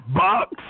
box